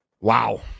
Wow